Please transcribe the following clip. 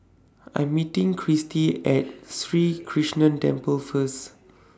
I'm meeting Christy At Sri Krishnan Temple First